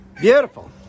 Beautiful